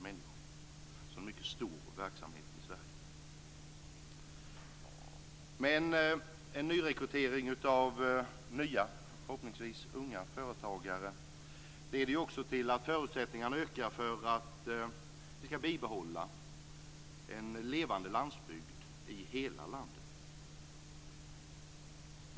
Det är alltså en mycket stor verksamhet i Sverige. En nyrekrytering av nya förhoppningsvis unga företagare leder också till att förutsättningarna ökar för att vi skall bibehålla en levande landsbygd i hela landet.